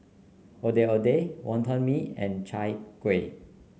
Ondeh Ondeh Wonton Mee and Chai Kuih